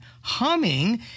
humming